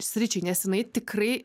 sričiai nes jinai tikrai